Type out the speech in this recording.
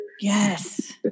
Yes